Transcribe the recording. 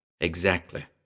Exactly